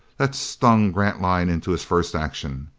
that stung grantline into his first action.